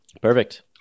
perfect